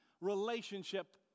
relationship